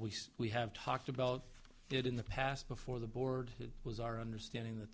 we said we have talked about it in the past before the board was our understanding that